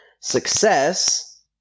Success